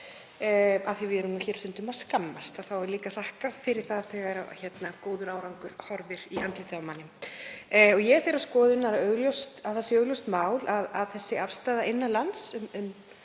að við erum nú stundum að skammast þá á líka að þakka fyrir það þegar góður árangur horfir í andlitið á manni. Ég er þeirrar skoðunar að það sé augljóst mál að þessi afstaða innan lands